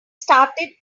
started